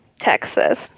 Texas